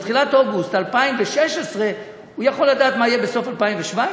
בתחילת אוגוסט 2016 הוא יכול לדעת מה יהיה בסוף 2017?